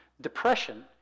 depression